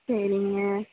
சரிங்க